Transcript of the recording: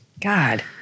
God